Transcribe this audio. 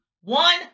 one